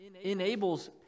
enables